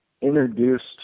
introduced